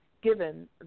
given